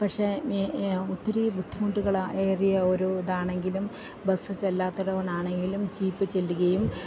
പക്ഷെ ഈ ഒത്തിരി ബുദ്ധിമുട്ടുകള് ഏറിയ ഒരു ഇതാണെങ്കിലും ബസ്സ് ചെല്ലാത്തിടവാണെങ്കിലും ജീപ്പ് ചെല്ലുകയും